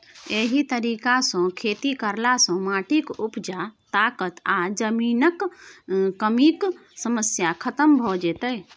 एहि तरीका सँ खेती करला सँ माटिक उपजा ताकत आ जमीनक कमीक समस्या खतम भ जेतै